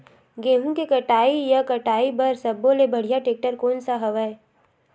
गेहूं के कटाई या कटाई बर सब्बो ले बढ़िया टेक्टर कोन सा हवय?